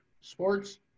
sports